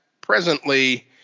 presently